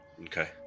Okay